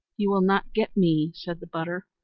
you will not get me, said the butter,